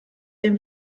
dem